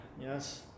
Yes